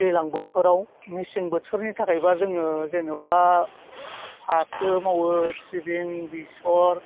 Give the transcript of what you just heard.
दैज्लां बोथोराव मेसें बोथोरनि थाखायबा जों जेनेबा फाथो मावो सिबिं बेसर